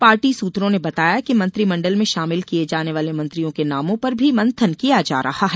party सूत्रों ने बताया कि मंत्रीमंडल में शामिल किये जाने वाले मंत्रियों के नामों पर भी मंथन किया जा रहा है